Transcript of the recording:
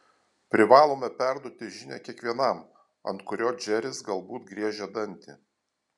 privalome perduoti žinią kiekvienam ant kurio džeris galbūt griežia dantį